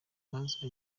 maze